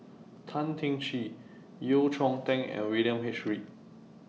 Tan Teng Kee Yeo Cheow Tong and William H Read